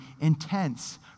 intense